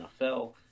NFL